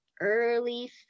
early